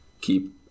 keep